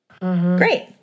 Great